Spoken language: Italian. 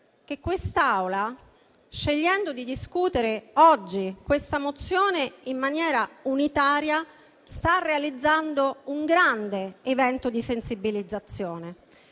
che quest'Assemblea, scegliendo di discutere oggi di questa mozione in maniera unitaria, sta realizzando un grande evento di sensibilizzazione.